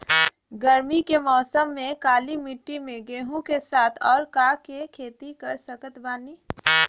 गरमी के मौसम में काली माटी में गेहूँ के साथ और का के खेती कर सकत बानी?